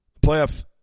Playoff